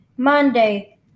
Monday